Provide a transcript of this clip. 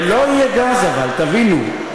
ולא יהיה גז, אבל, תבינו.